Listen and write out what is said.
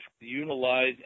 utilize